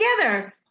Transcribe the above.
together